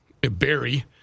Barry